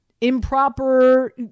improper